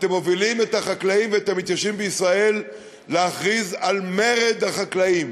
אתם מובילים את החקלאים ואת המתיישבים בישראל להכריז על מרד חקלאים.